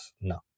No